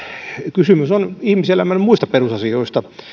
kysymys on ihmiselämän muista perusasioista